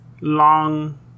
long